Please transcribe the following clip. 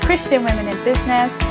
ChristianWomenInBusiness